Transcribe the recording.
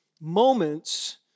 moments